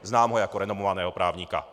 Znám ho jako renomovaného právníka.